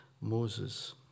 Moses